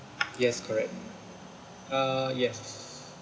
yes correct uh yes